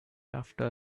after